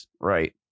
right